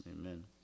Amen